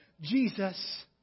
Jesus